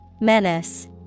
Menace